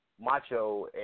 macho